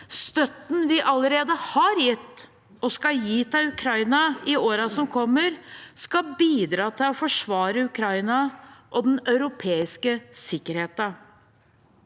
Støtten vi allerede har gitt og skal gi til Ukraina i årene som kommer, skal bidra til å forsvare Ukraina og den europeiske sikkerheten.